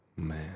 Man